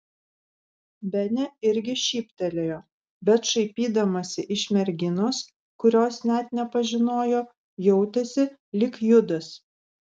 benė irgi šyptelėjo bet šaipydamasi iš merginos kurios net nepažinojo jautėsi lyg judas